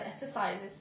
exercises